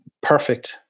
perfect